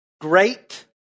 Great